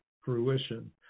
fruition